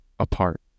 apart